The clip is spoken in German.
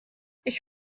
ich